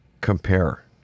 compare